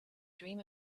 dream